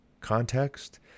context